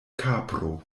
kapro